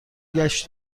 ﮔﺸﺘﯿﻢ